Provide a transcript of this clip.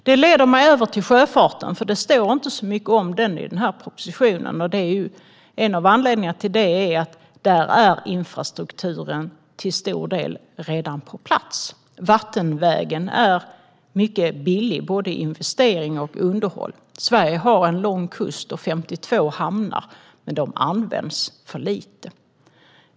Detta leder mig över till sjöfarten, som det inte står så mycket om den i den här propositionen. En av anledningarna till det är att den infrastrukturen till stor del redan är på plats. Vattenvägen är mycket billig både i investering och i underhåll. Sverige har en lång kust och 52 hamnar. Men de används för lite.